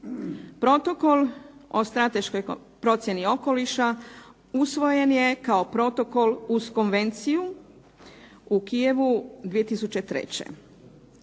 Protokol o strateškoj procjeni okoliša usvojen je kao protokol uz konvenciju u Kijevu 2003.